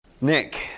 Nick